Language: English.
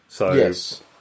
Yes